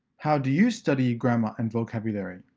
how do you study grammar and vocabulary?